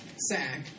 sack